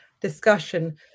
discussion